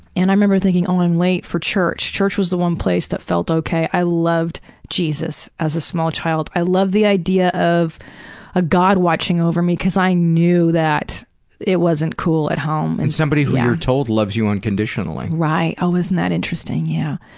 and i remember thinking oh i'm late for church. church was the one place that felt okay. i loved jesus as a small child. i loved the idea of a god watching over me cause i knew that it wasn't cool at home. and somebody who and told loves you unconditionally. right, oh isn't that interesting? yeah.